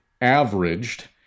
averaged